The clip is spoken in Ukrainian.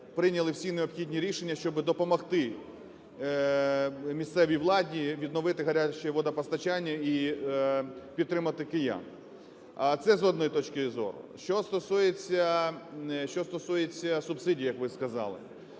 прийняли всі необхідні рішення, щоб допомогти місцевій влади відновити гаряче водопостачання і підтримати киян. Це з одної точки зору. Що стосується субсидій, як ви сказали.